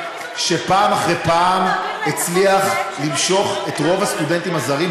שפעם אחרי פעם הצליח למשוך את רוב הסטודנטים הזרים,